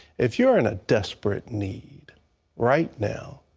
if you're in a desperate need right now,